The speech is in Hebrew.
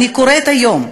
אני קוראת היום,